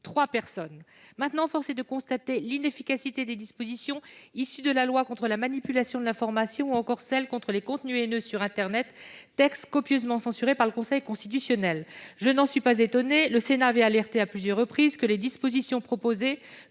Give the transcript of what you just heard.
trois personnes pour cela. Cela étant, force est de constater l'inefficacité des dispositions issues de la loi relative à la lutte contre la manipulation de l'information ou encore de la loi visant à lutter contre les contenus haineux sur internet, texte copieusement censuré par le Conseil constitutionnel. Je n'en suis pas étonnée, le Sénat avait indiqué à plusieurs reprises que les dispositions proposées,